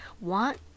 want